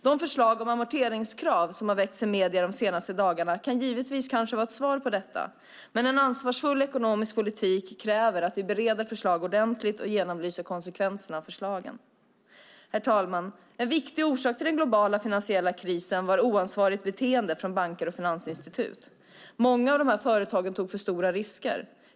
De förslag om amorteringskrav som har väckts i medierna de senaste dagarna kan givetvis kanske vara ett svar på detta, men en ansvarsfull ekonomisk politik kräver att vi bereder förslag ordentligt och genomlyser konsekvenserna av förslagen. Herr talman! En viktig orsak till den globala finansiella krisen var oansvarigt beteende från banker och finansinstitut. Många av dessa företag tog för stora risker.